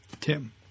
Tim